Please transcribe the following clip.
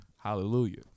Hallelujah